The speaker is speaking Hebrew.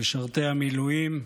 משרתי המילואים,